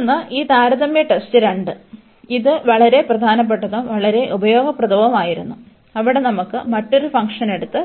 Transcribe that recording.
മറ്റൊന്ന് ഈ താരതമ്യ ടെസ്റ്റ് 2 ഇത് വളരെ പ്രധാനപ്പെട്ടതും വളരെ ഉപയോഗപ്രദവുമായിരുന്നു അവിടെ നമുക്ക് മറ്റൊരു ഫംഗ്ഷൻ എടുത്ത്